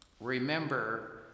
Remember